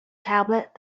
tablet